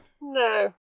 No